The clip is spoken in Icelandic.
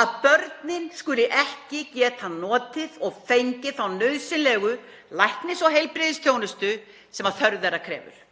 að börnin skuli ekki geta notið og fengið þá nauðsynlegu læknis- og heilbrigðisþjónustu sem þörf krefur.